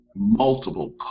multiple